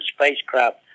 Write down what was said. spacecraft